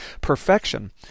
perfection